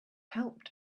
helped